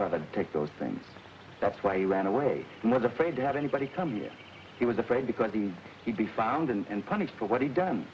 about to take those things that's why you ran away and was afraid to have anybody come here he was afraid because he could be found and punished for what he done